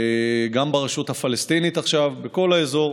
גם ברשות הפלסטינית עכשיו, בכל האזור.